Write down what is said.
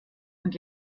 und